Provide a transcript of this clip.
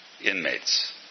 Inmates